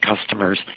customers